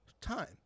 time